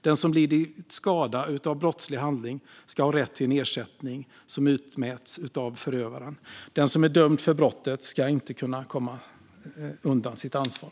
Den som lidit skada av en brottslig handling ska ha rätt till en ersättning som utmäts från förövaren. Den som är dömd för brottet ska inte kunna komma undan sitt ansvar.